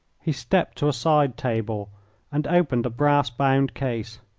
he stepped to a side table and opened a brass-bound case.